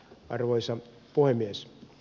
arvoisa puhemies